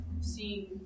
seeing